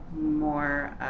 more